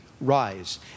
rise